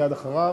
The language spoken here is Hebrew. מייד אחריו.